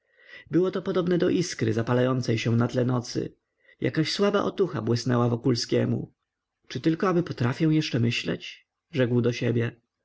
obrazów byłoto podobne do iskry zapalającej się na tle nocy jakaś słaba otucha błysnęła wokulskiemu czy tylko aby potrafię jeszcze myśleć rzekł do siebie